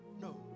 No